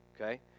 okay